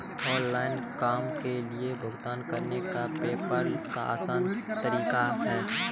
online काम के लिए भुगतान करने का पेपॉल आसान तरीका है